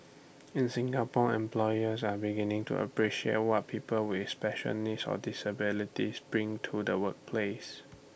in Singapore employers are beginning to appreciate what people with special needs or disabilities bring to the workplace